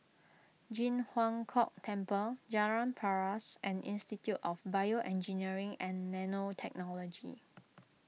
Ji Huang Kok Temple Jalan Paras and Institute of BioEngineering and Nanotechnology